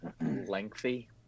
Lengthy